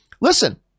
listen